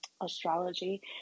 astrology